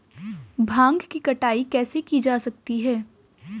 भांग की कटाई कैसे की जा सकती है?